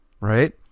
right